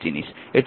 এই হল